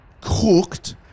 Cooked